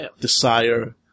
desire